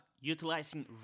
utilizing